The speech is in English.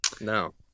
no